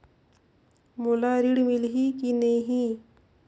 मोला ऋण मिलही की नहीं?